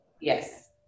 Yes